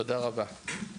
תודה רבה.